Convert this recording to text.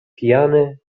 pijany